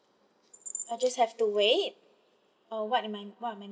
I just have to wait or what are my what are my